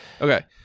Okay